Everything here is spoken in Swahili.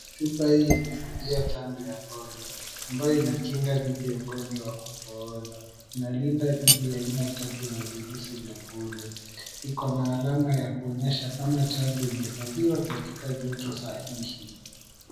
Chupa hii imehifadhia chanjo ya polio ambayo inakinga dhidi ya ugonjwa wa kupooza. Inalinda dhidi ya aina tatu za virusi vya polio . Iko na alama ya kuonyesha kama chanjo imehifadhiwa katika joto sahihi.